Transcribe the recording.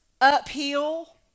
uphill